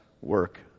work